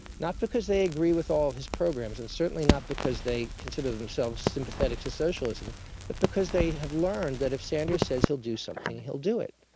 not because they agree with all his programs and certainly not because they consider themselves sympathetic to socialism but because they have learned that if sanders says he'll do something, he'll do it,